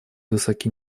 высоки